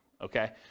okay